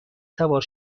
سوار